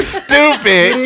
stupid